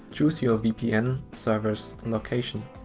chose your vpn server's location.